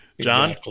John